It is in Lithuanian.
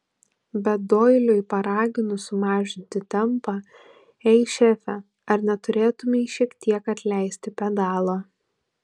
bet doiliui paraginus sumažinti tempą ei šefe ar neturėtumei šiek tiek atleisti pedalo